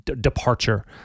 departure